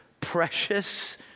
precious